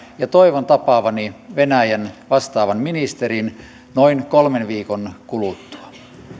ja toivon tapaavani venäjän vastaavan ministerin noin kolmen viikon kuluttua